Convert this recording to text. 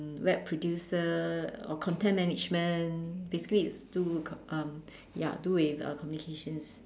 um web producer or content management basically it's do comm~ um ya do with communications